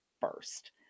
first